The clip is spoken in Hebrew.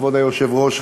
כבוד היושב-ראש,